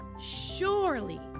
Surely